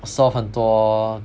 solve 很多